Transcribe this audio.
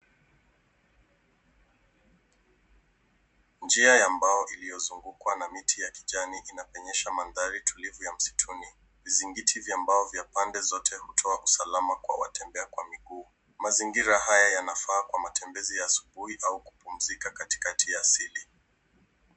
Njia ya mbao iliyozungukwa na miti ya kijani inapenyesha mandhari tulivu ya msituni. Vizingiti vya mbao vya pande zote hutoa usalama kwa watembea kwa miguu. Mazingira haya yanafaa kwa matembezi ya asubuhi au kupumzika katikati ya asili.